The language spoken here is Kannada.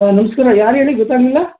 ಹಾಂ ನಮಸ್ಕಾರ ಯಾರು ಹೇಳಿ ಗೊತ್ತಾಗಲಿಲ್ಲ